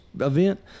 event